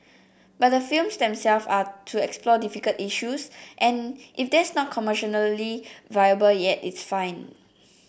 but the films themselves are to explore difficult issues and if that's not commercially viable yet it's fine